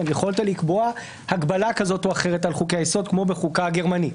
יכולת לקבוע הגבלה כזאת או אחרת על חוקי היסוד כמו בחוקה הגרמנית.